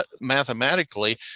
mathematically